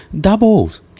doubles